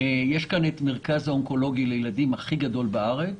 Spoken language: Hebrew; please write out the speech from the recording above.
יש כאן את המרכז האונקולוגי לילדים הכי גדול בארץ.